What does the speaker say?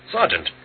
Sergeant